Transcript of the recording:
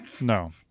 no